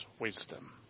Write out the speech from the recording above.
wisdom